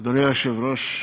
אדוני היושב-ראש,